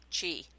chi